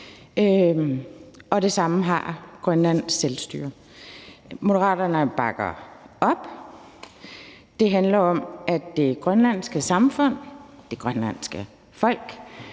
og det samme har Grønlands Selvstyre. Moderaterne bakker op. Det handler om, at det grønlandske samfund, altså det grønlandske folk,